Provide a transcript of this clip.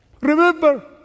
remember